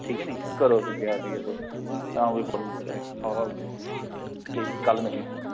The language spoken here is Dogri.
ठीक ऐ नी करो फेर त्यारियां तुस तां कोई प्राब्लम नी फेर ओके ठीक ऐ कल मिलने आं